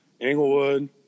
Englewood